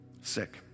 sick